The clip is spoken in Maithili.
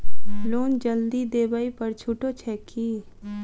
लोन जल्दी देबै पर छुटो छैक की?